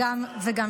איזה סיעות?